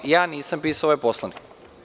Ja nisam pisao ovaj Poslovnik.